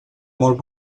molt